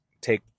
take